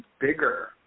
bigger